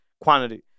quantity